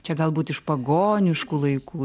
čia galbūt iš pagoniškų laikų